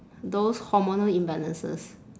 those hormonal imbalances